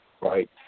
right